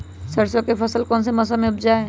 सरसों की फसल कौन से मौसम में उपजाए?